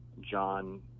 John